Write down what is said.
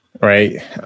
Right